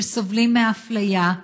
שסובלים מאפליה,